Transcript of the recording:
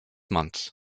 months